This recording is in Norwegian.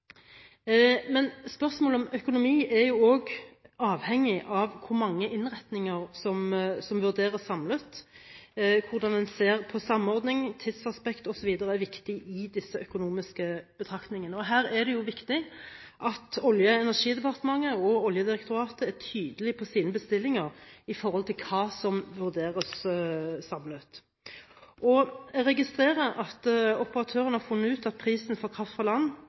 Men spørsmålet om økonomi er også avhengig av hvor mange innretninger som vurderes samlet. Hvordan man ser på samordning, tidsaspekt osv., er viktig i disse økonomiske betraktningene. Her det viktig at Olje- og energidepartementet og Oljedirektoratet er tydelige i sine bestillinger med hensyn til hva som vurderes samlet. Jeg registrerer at operatøren har funnet ut at prisen på kraft fra land,